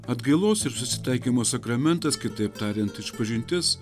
atgailos ir susitaikymo sakramentas kitaip tariant išpažintis